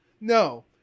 no